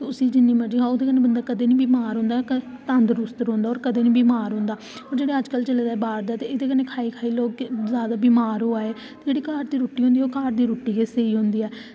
उसी जिन्नी मर्ज़ी खाओ ओह्दे कन्नै बंदा कदें निं बमार होंदा तंदरुस्त रौहंदा होर कदें निं बमार रौहंदा ते जेह्ड़े अज्जकल चलै दे बाहर दे ते ओह्दे कन्नै लोक खाई खाई बमार होआ दे जेह्ड़ी घर दी रुट्टी होंदी ओह् घर दी रुट्टी गै स्हेई होंदी ऐ